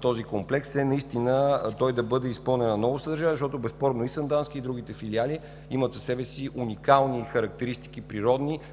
този комплекс, е наистина той да бъде изпълнен с ново съдържание, защото безспорно и Сандански, и другите филиали, имат в себе си уникалните природни характеристики